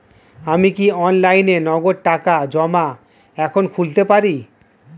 আমি কি অনলাইনে নগদ টাকা জমা এখন খুলতে পারি?